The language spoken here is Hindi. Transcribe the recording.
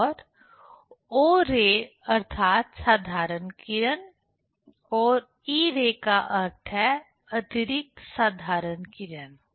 और ओ रे अर्थात साधारण किरण और ई रे का अर्थ है अतिरिक्त साधारण किरण